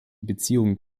beziehungen